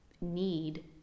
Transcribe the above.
need